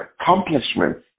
accomplishments